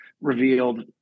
revealed